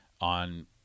on